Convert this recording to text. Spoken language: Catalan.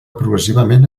progressivament